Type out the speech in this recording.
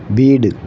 வீடு